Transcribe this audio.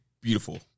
Beautiful